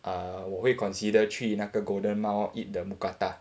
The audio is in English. err 我会 consider 去那个 golden mile eat the mookata